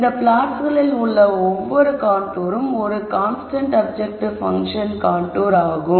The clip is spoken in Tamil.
இந்த ப்ளாட்ஸ்களில் உள்ள ஒவ்வொரு கான்டூரும் ஒரு கான்ஸ்டன்ட் அப்ஜெக்டிவ் பங்க்ஷன் கான்டூர் ஆகும்